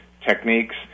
techniques